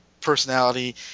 personality